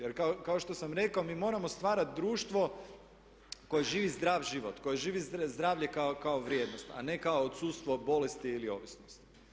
Jer kao što sam rekao mi moramo stvarati društvo koje živi zdrav život, koji živi zdravlje kao vrijednost a ne kao odsustvo bolesti ili ovisnosti.